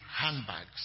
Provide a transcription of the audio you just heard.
handbags